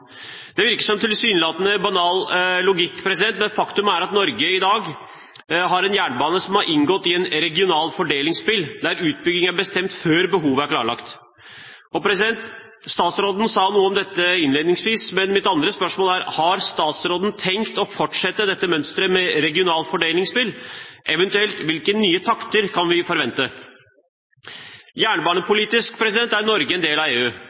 Det virker som tilsynelatende banal logikk, men faktum er at Norge i dag har en jernbane som har inngått i et regionalt fordelingsspill, der utbygging er bestemt før behovet er klarlagt. Statsråden sa noe om dette innledningsvis, men mitt andre spørsmål er: Har statsråden tenkt å fortsette dette mønsteret med regionalt fordelingsspill? Eventuelt: Hvilke nye takter kan vi forvente? Jernbanepolitisk er Norge en del av EU,